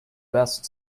best